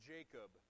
Jacob